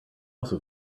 also